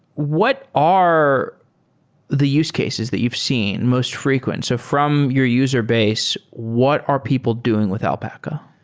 what are the use cases that you've seen most frequency? from your user base, what are people doing with alpaca?